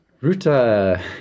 Ruta